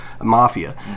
mafia